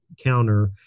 counter